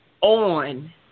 on